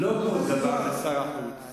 זה לא קשור לשר החוץ.